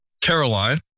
Caroline